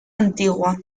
antigua